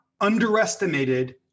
underestimated